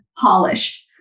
polished